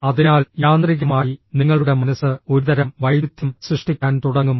അതിനാൽ യാന്ത്രികമായി നിങ്ങളുടെ മനസ്സ് ഒരുതരം വൈരുദ്ധ്യം സൃഷ്ടിക്കാൻ തുടങ്ങും